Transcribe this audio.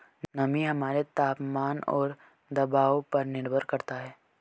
नमी हमारे तापमान और दबाव पर निर्भर करता है